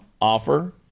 Offer